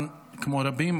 כמו רבים,